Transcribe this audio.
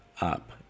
up